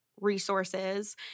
resources